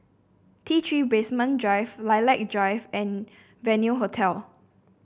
T Three Basement Drive Lilac Drive and Venue Hotel